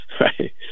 right